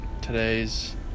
today's